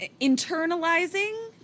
internalizing